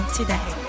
today